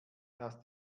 das